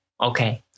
Okay